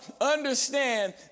understand